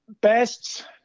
best